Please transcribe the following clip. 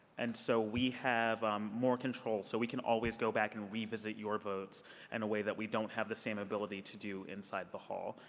and so we have um more control. so we can always go back and re-visit your vote in and a way that we don't have the same ability to do inside the hall.